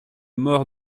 mort